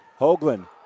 Hoagland